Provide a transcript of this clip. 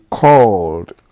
called